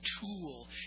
tool